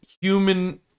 human